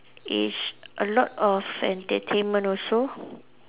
it's a lot of entertainment also